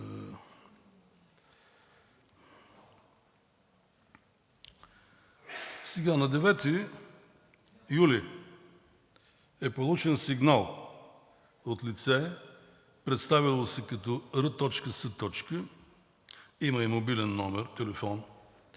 На 9 юли е получен сигнал от лице, представило се като Р.С., има и мобилен номер, за